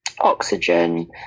Oxygen